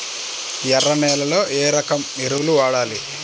ఎర్ర నేలలో ఏ రకం ఎరువులు వాడాలి?